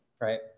right